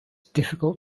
difficult